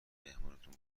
مهمونتون